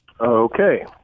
Okay